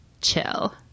chill